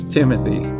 Timothy